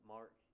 Mark